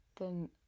Then